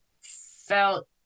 felt